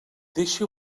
deixe